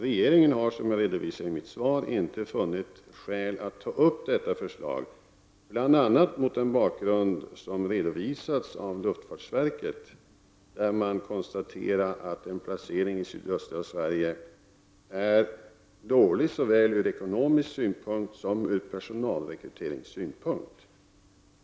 Regeringen har som jag redovisat i mitt svar inte funnit skäl att ta upp detta förslag till diskussion, bl.a. mot den bakgrund som redovisats av luftfartsverket, där man konstaterar att en placering i sydöstra Sverige är dålig ur såväl ekonomisk synpunkt som personalrekryteringssynpunkt.